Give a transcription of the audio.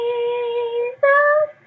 Jesus